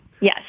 Yes